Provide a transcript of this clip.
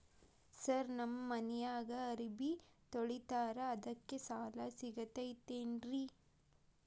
Sir ನಮ್ಮ ಮನ್ಯಾಗ ಅರಬಿ ತೊಳಿತಾರ ಅದಕ್ಕೆ ಸಾಲ ಸಿಗತೈತ ರಿ?